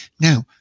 now